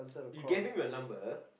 you gave him your number